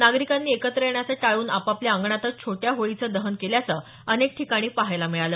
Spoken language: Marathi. नागरिकांनी एकत्र येण्याचं टाळून आपापल्या अंगणातच छोट्या होळीचं दहन केल्याचं अनेक ठिकाणी पहायला मिळाल